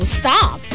stop